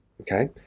Okay